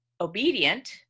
obedient